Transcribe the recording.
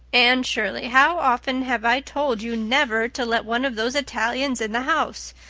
anne shirley, how often have i told you never to let one of those italians in the house!